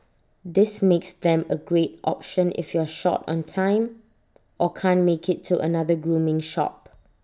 this makes them A great option if you're short on time or can't make IT to another grooming shop